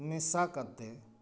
ᱢᱮᱥᱟ ᱠᱟᱛᱮᱫ